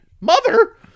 Mother